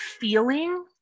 feeling